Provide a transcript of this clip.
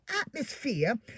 atmosphere